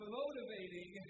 motivating